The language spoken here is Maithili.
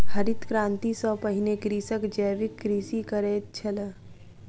हरित क्रांति सॅ पहिने कृषक जैविक कृषि करैत छल